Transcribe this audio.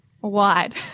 Wide